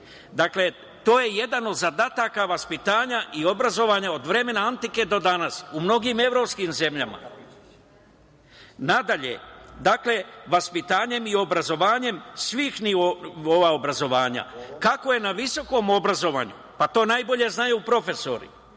To je jedan od zadataka vaspitanja i obrazovanja od vremena antike do danas u mnogim evropskim zemljama. Nadalje, dakle, vaspitanjem i obrazovanjem svih nivoa obrazovanja, kako je na visokom obrazovanju, pa to najbolje znaju profesori.